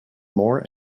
more